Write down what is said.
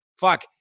Fuck